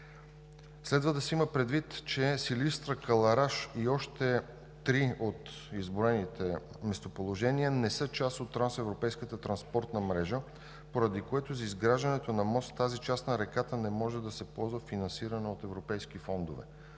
Следва да се има предвид, че Силистра – Кълъраш и още три от изброените местоположения не са част от трансевропейската транспортна мрежа, поради което за изграждането на мост в тази част на реката не може да се ползва финансиране от европейски фондове.